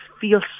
feel